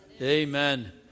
Amen